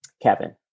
Kevin